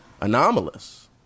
anomalous